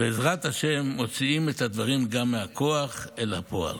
בעזרת השם, מוציאים את הדברים גם מהכוח אל הפועל.